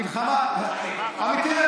אמיתי,